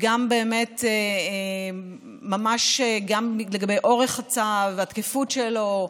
וגם ממש לגבי אורך הצו והתקפות שלו,